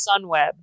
Sunweb